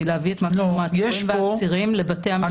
להביא את מקסימום העצורים והאסירים לבתי המשפט.